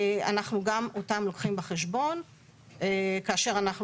אנחנו גם אותם לוקחים בחשבון כאשר אנחנו